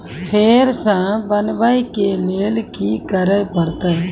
फेर सॅ बनबै के लेल की करे परतै?